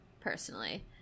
Personally